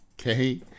okay